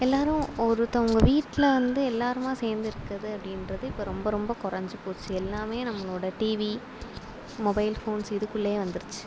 எல்லாரும் ஒருத்தவங்க வீட்டில் வந்து எல்லாருமாக சேர்ந்து இருக்கறது அப்படின்றது இப்போ ரொம்ப ரொம்ப குறஞ்சி போச்சு எல்லாமே நம்மளோட டிவி மொபைல் ஃபோன்ஸ் இதுக்குள்ளேயே வந்துருச்சு